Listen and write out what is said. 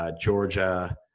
Georgia